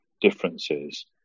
differences